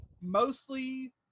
mostly